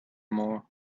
more